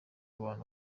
abantu